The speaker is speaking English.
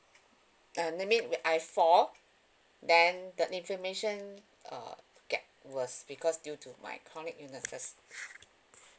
uh that mean I fall then the inflammation uh get worst because due to my chronic illnesses